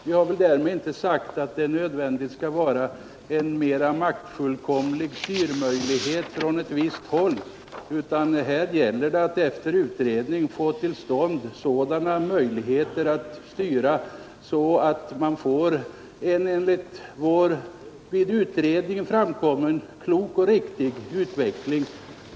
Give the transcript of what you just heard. Vi har väl därmed inte sagt att det nödvändigt skall vara en mera maktfullkomlig styrmöjlighet från ett visst håll, utan här gäller det att 47 efter utredning få till stånd sådana möjligheter att styra att man får en klok och riktig utveckling.